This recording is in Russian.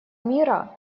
мира